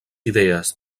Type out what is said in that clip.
idees